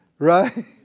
Right